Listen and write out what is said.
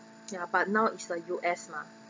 ya but now is the U_S mah